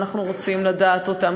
אנחנו רוצים לדעת אותם,